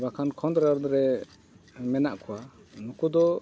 ᱵᱟᱠᱷᱟᱱ ᱠᱷᱚᱸᱫᱽᱨᱚᱱᱨᱮ ᱢᱮᱱᱟᱜ ᱠᱚᱣᱟ ᱱᱩᱠᱩ ᱫᱚ